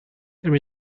there